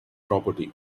property